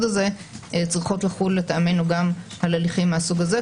הזה צריכות לחול לטעמנו גם על הליכים מהסוג הזה.